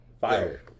Fire